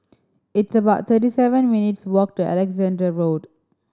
it's about thirty seven minutes' walk to Alexandra Road